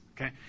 Okay